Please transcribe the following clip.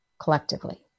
collectively